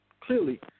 clearly